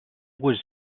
was